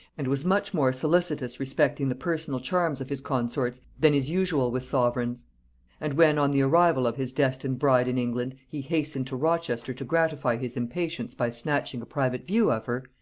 and was much more solicitous respecting the personal charms of his consorts than is usual with sovereigns and when, on the arrival of his destined bride in england, he hastened to rochester to gratify his impatience by snatching a private view of her,